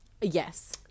yes